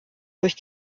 durch